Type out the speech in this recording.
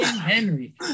Henry